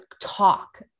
talk